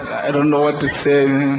i don't know what to say,